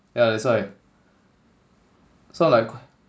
yeah that's why so I'm like